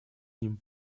ним